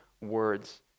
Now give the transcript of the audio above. words